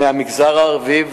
מהמגזר הערבי,